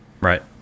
Right